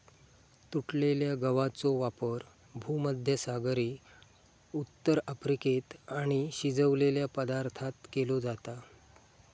तुटलेल्या गवाचो वापर भुमध्यसागरी उत्तर अफ्रिकेत आणि शिजवलेल्या पदार्थांत केलो जाता